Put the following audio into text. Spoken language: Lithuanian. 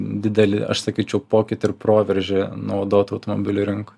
didelį aš sakyčiau pokytį ir proveržį naudotų automobilių rinkoj